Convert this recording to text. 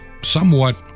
somewhat